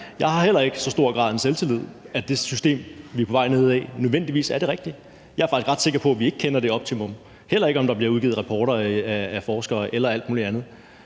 Jeg har heller ikke så stor en grad af selvtillid, at det system, vi er på vej ind i, nødvendigvis er det rigtige. Jeg er faktisk ret sikker på, at vi ikke kender det optimum og heller ikke ved, om der bliver udgivet rapporter af forskere, eller alt muligt andet.